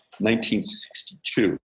1962